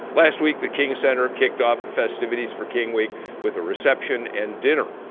last week the king center kicked off the festivities for king week with a reception and dinner.